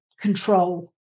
control